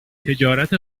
تجارت